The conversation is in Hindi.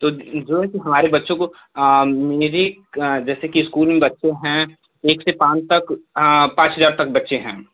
तो जो है कि हमारे बच्चों को मेरी जैसे कि इस्कूल में बच्चे हैं एक से पाँच तक हाँ पाँच हजार तक बच्चे हैं